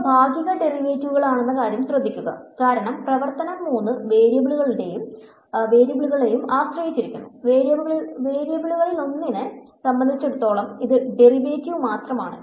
ഇവ ഭാഗിക ഡെറിവേറ്റീവുകളാണെന്നകാര്യം ശ്രദ്ധിക്കുക കാരണം പ്രവർത്തനം മൂന്ന് വേരിയബിളുകളെയും ആശ്രയിച്ചിരിക്കുന്നു വേരിയബിളുകളിലൊന്നിനെ സംബന്ധിച്ചിടത്തോളം ഇത് ഡെറിവേറ്റീവ് മാത്രമാണ്